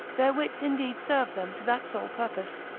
their wits indeed serve them to that sole purpose,